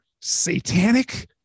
satanic